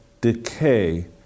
decay